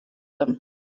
them